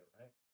right